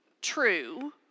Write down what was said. True